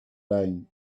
lying